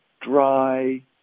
dry